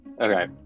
Okay